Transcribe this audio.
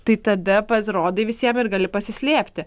tai tada pasirodai visiem ir gali pasislėpti